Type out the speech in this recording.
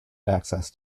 access